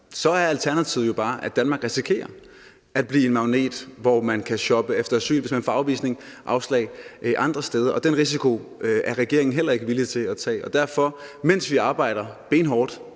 er alternativet jo bare, at Danmark risikerer at blive en magnet, hvor man kan shoppe efter asyl, hvis man får afslag andre steder. Den risiko er regeringen ikke villig til at tage, og mens vi arbejder benhårdt,